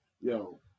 Yo